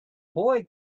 boy